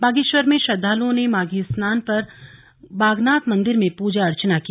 बागेश्वर में श्रद्वालुओं ने माधी स्नान कर बागनाथ मंदिर में पूजा अर्चना की